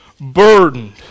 burdened